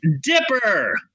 Dipper